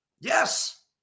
Yes